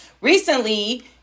recently